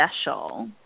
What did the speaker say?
special